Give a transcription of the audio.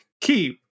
keep